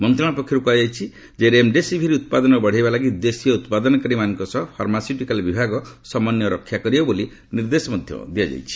ମନ୍ତ୍ରଣାଳୟ ପକ୍ଷରୁ କୁହାଯାଇଛି ଯେ ରେମ୍ଡେସିଭିର୍ ଉତ୍ପାଦନ ବଢ଼ାଇବା ଲାଗି ଦେଶୀୟ ଉତ୍ପାଦନକାରୀମାନଙ୍କ ସହ ଫାର୍ମାସ୍ୟିଟିକାଲ ବିଭାଗ ସମନ୍ୱୟ ରକ୍ଷା କରିବ ବୋଲି ନିର୍ଦ୍ଦେଶ ଦିଆଯାଇଛି